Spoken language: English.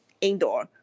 indoor